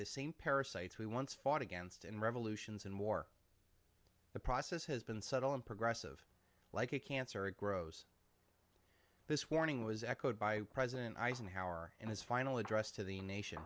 the same parasites we once fought against in revolutions and war the process has been subtle and progressive like a cancer grows this warning was echoed by president eisenhower in his final address to the nation